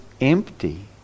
empty